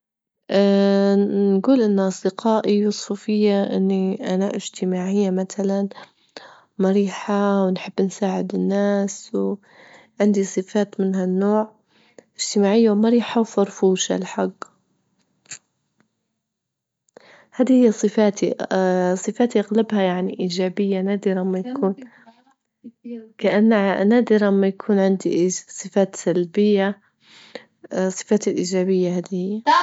نجول إن أصدقائي يوصفوا فيا إني أنا إجتماعية مثلا، مريحة ونحب نساعد الناس، وعندي صفات من هالنوع، إجتماعية ومرحة وفرفوشة الحج، هذه هي صفاتي صفاتي أغلبها يعني إيجابية، نادرا ما يكون- كأنها نادرا ما يكون عندي صفات سلبية الصفات الإيجابية هدية.